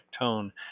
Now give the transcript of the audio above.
tone